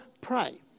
Pray